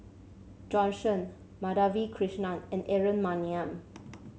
Jorn Shen Madhavi Krishnan and Aaron Maniam